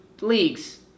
leagues